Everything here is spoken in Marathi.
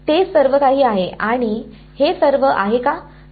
ते सर्व काही आहे आणि हे सर्व का आहे